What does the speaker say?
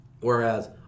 Whereas